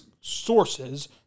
sources